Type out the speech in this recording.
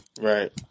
Right